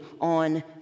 on